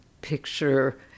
picture